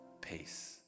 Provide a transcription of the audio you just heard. peace